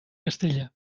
castella